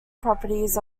properties